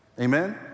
Amen